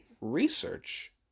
research